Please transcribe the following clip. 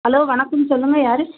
hello வணக்கம் சொல்லுங்கள் யார்